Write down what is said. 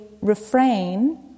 refrain